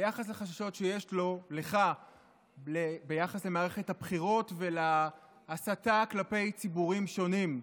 ביחס לחששות שיש לך ביחס למערכת הבחירות ולהסתה כלפי ציבורים שונים.